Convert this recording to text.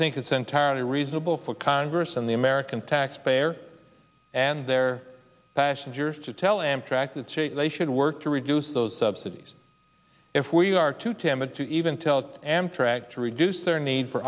think it's entirely reasonable for congress and the american taxpayer and their passion gers to tell amtrak to change they should work to reduce those subsidies if we are too timid to even tell amtrak to reduce their need for